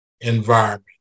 environment